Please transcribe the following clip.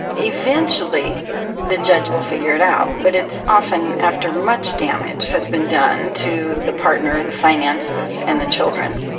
eventually the judge will figure it out, but it's often after much damage has been done to the partner, the finances and the children.